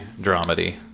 dramedy